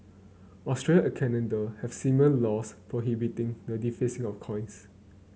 Australia and Canada have similar laws prohibiting the defacing of coins